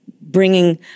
bringing